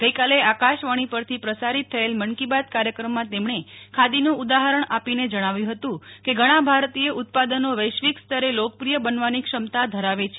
આજે આકાશવાણી પરથી પ્રસારિત થયેલ મન કી બાત કાર્યક્રમમાં તેમણે ખાદીનું ઉદાહરણ આપીને જણાવ્યું હતું કે ઘણા ભારતીય ઉત્પાદનો વૈશ્વિક સ્તરે લોકપ્રિય બનવાની ક્ષમતા ધરાવે છે